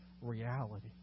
reality